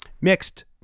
Mixed